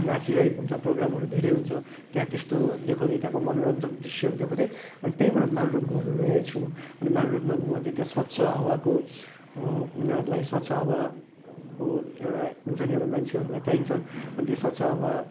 नाचिरहेको हुन्छ प्रोग्रामहरू धेरै हुन्छ त्यहाँ त्यस्तो देखाउँदै त्यहाँको मनोरञ्जक दृश्यहरू देखाउँदै अनि त्यहीँबाट माल रोड घुमाउनु लैजान्छु म अनि माल रोडमा घुमाउदै त्यहाँ स्वच्छ हावाको उनीहरूलाई स्वच्छ हावाको एउटा हुन्छ नि अब मान्छेहरूलाई चाहिन्छ अनि त्यो स्वच्छ हावा